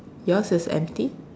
yours is empty